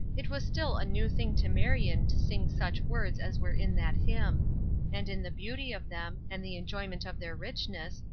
it was still a new thing to marion to sing such words as were in that hymn and in the beauty of them, and the enjoyment of their richness,